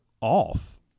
off